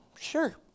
sure